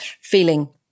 feeling